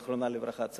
זיכרונה לברכה,